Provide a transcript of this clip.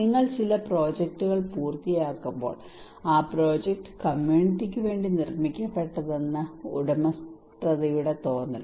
നിങ്ങൾ ചില പ്രോജക്റ്റുകൾ പൂർത്തിയാക്കുമ്പോൾ ആ പ്രോജക്റ്റ് കമ്മ്യൂണിറ്റിക്ക് വേണ്ടി നിർമ്മിക്കപ്പെട്ടതാണെന്ന് ഉടമസ്ഥതയുടെ തോന്നൽ